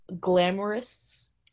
glamorous